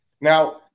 Now